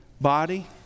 body